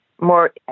more